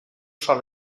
sol